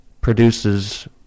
produces